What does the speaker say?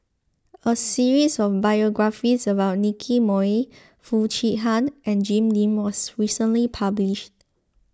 a series of Biographies about Nicky Moey Foo Chee Han and Jim Lim was recently published